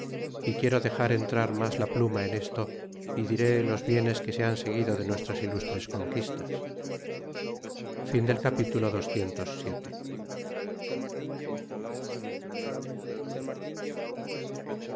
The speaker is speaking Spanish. y quiero dexar de entrar mas la pluma en esto y diré los bienes que se han seguido de nuestras ilustres conquistas capitulo